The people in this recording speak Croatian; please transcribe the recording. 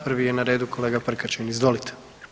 Prvi je na redu kolega Prkačin, izvolite.